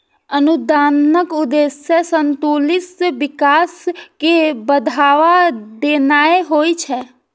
अनुदानक उद्देश्य संतुलित विकास कें बढ़ावा देनाय होइ छै